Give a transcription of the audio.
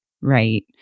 right